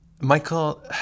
Michael